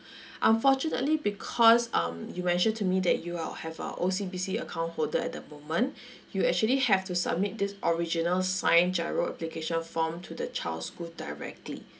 unfortunately because um you mentioned to me that you're a have a O_C_B_C account holder at the moment you actually have to submit this original signed GIRO application form to the child's school directly